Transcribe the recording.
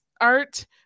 art